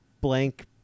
blank